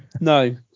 No